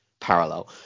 parallel